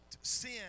sin